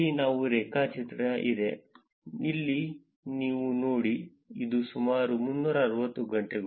ಇಲ್ಲಿ ಒಂದು ರೇಖಾಚಿತ್ರ ಇದೆ ನೀವು ಇಲ್ಲಿ ನೋಡಿ ಇದು ಸುಮಾರು 360 ಗಂಟೆಗಳು